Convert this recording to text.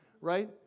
Right